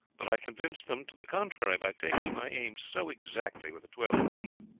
but i convinced them to the contrary by taking my aim so exactly with a twelve-pounder,